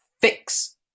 fix